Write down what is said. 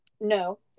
no